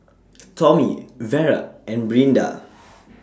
Tommie Vera and Brinda